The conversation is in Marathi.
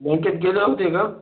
ब बँकेत गेला होते का